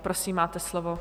Prosím, máte slovo.